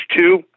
two